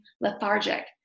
lethargic